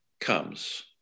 comes